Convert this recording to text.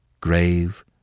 grave